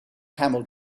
camel